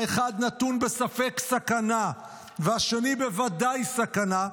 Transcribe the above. "--- שהאחד נתון בספק סכנה והשני בוודאי סכנה,